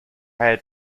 had